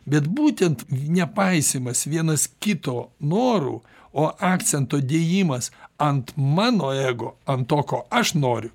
bet būtent nepaisymas vienas kito norų o akcento dėjimas ant mano ego ant to ko aš noriu